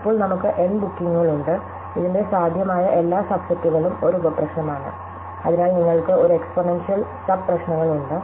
ഇപ്പോൾ നമുക്ക് N ബുക്കിംഗുകളുണ്ട് ഇതിന്റെ സാധ്യമായ എല്ലാ സബ് സെറ്റുകളും ഒരു ഉപപ്രശ്നമാണ് അതിനാൽ നിങ്ങള്ക്ക് ഒരു എക്സ്പോണൻഷ്യൽ സബ് പ്രശ്നങ്ങളുണ്ട്